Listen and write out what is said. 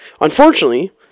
Unfortunately